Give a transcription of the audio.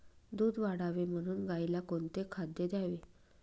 दूध वाढावे म्हणून गाईला कोणते खाद्य द्यावे?